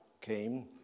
came